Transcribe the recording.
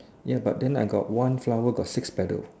ya but then I got one flower got six petal